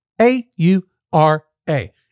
A-U-R-A